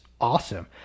awesome